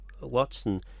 watson